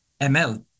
ML